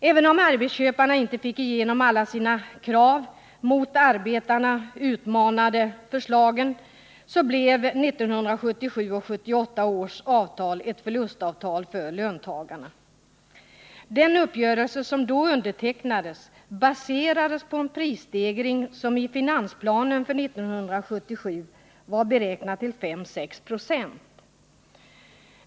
Även om arbetsköparna inte fick igenom alla sina mot arbetarna utmanande förslag blev 1977 och 1978 års avtal förlustavtal för löntagarna. Den uppgörelse som då undertecknades baserades på en prisstegring som i finansplanen för 1977 var beräknad till 5-6 926.